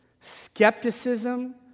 skepticism